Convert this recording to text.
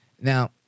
Now